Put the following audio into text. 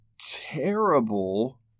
terrible